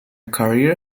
career